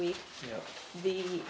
week you know the